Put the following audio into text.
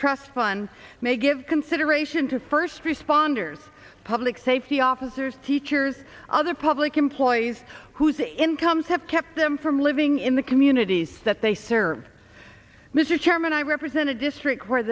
trust fund may give consideration to first responders public safety officers teachers other public employees whose incomes have kept them from living in the communities that they serve mr chairman i represent a district where